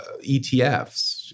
ETFs